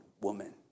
woman